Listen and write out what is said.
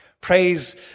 Praise